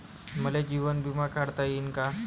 मले जीवन बिमा काढता येईन का?